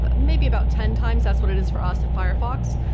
but maybe about ten times, that's what it is for us in firefox.